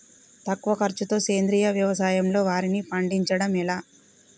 తక్కువ ఖర్చుతో సేంద్రీయ వ్యవసాయంలో వారిని పండించడం ఎలా?